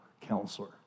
counselor